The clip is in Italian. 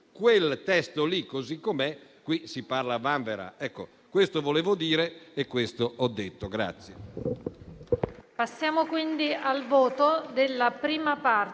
quel testo lì, così com'è, qui si parla a vanvera. Questo volevo dire e questo ho detto.